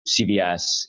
CVS